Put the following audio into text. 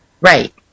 Right